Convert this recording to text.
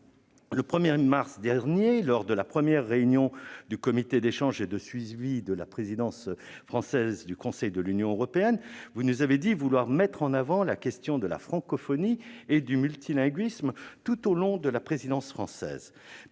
le 1 mars dernier, lors de la première réunion du comité d'échanges et de suivi de la présidence française du Conseil de l'Union européenne, vous nous avez dit vouloir mettre en avant la question de la francophonie et du multilinguisme tout au long de la présidence française.